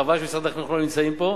חבל שמשרד החינוך לא נמצאים פה,